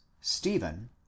stephen